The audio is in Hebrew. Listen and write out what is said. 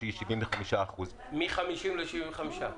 שהיא מ-50% ל-75%.